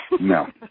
No